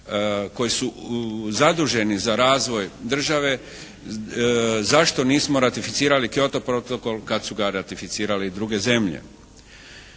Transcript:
koji su zaduženi za razvoj države, zašto nismo ratificirali Kyoto protokol kad su ga ratificirale druge zemlje.